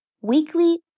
weekly